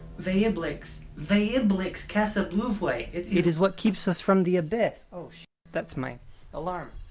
ve iblix, ve iblix kessa bluvway. it it is what keeps us from the abyss. oh sh that's my alarm!